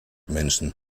menschen